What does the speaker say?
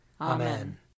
Amen